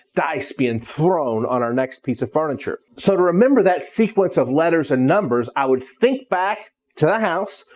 dice being thrown on our next piece of furniture. so to remember that sequence of letters and numbers, i would think back to the house.